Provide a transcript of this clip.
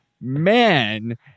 man